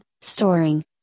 storing